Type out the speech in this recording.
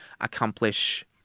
accomplish